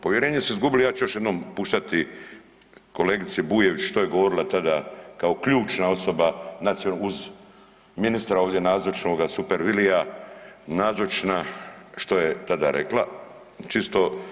Povjerenje su izgubili ja ću još jednom puštati kolegici Bujević što je govorila tada kao ključna osoba, uz ministra ovdje nazočnoga super Vilija nadzočna što je tada rekla čisto